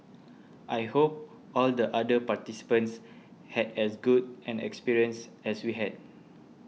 I hope all the other participants had as good an experience as we had